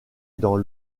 dans